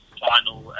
final